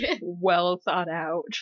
well-thought-out